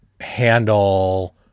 handle